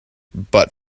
but